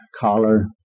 collar